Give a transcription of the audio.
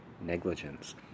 negligence